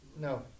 No